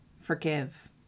forgive